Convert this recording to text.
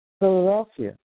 Philadelphia